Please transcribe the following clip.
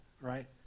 right